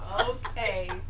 Okay